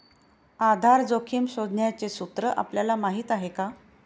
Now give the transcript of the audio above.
आधार जोखिम शोधण्याचे सूत्र आपल्याला माहीत आहे का?